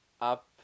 up